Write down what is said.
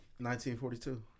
1942